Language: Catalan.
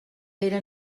era